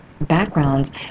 backgrounds